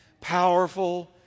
powerful